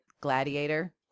Gladiator